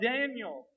Daniel